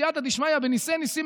בסייעתא דשמיא בניסי-ניסים,